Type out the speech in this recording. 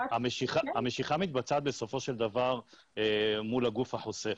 המשיכה מתבצעת בסופו של דבר מול הגוף החוסך.